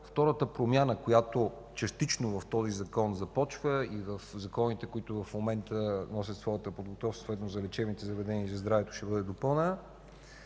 Втората промяна, която частично в този Закон започва и в законите, които в момента носят своята подготовка, съответно за лечебните заведения и за здравето, ще бъде допълнена.